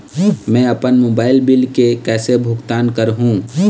मैं अपन mobile bill के कैसे भुगतान कर हूं?